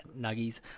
Nuggies